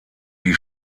die